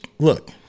Look